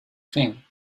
thing